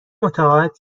متعاقد